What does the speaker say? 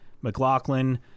McLaughlin